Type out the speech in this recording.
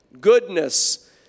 goodness